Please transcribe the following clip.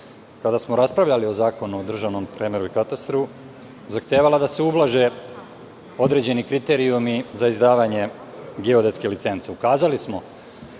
kada smo raspravljali o Zakonu o državnom premeru i katastru zahtevala da se ublaže određeni kriterijumi za izdavanje geodetske licence. Ukazali smo